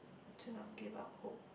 to not give up hope